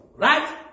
Right